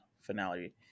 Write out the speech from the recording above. finale